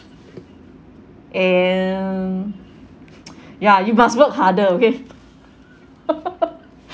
and ya you must work harder okay